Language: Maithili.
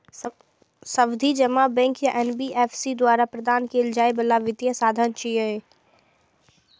सावधि जमा बैंक या एन.बी.एफ.सी द्वारा प्रदान कैल जाइ बला वित्तीय साधन छियै